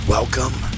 Welcome